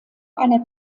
einer